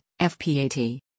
FPAT